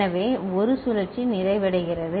எனவே ஒரு சுழற்சி நிறைவடைகிறது